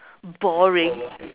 boring